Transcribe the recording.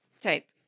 type